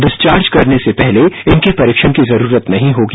discharge करने से पहले इनके परीक्षण की जरूरत नहीं होगी